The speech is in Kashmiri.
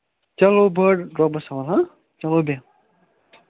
چلو بڈ رۅبَس حَوال چلو بیٚہہ